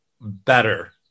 better